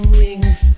rings